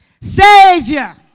Savior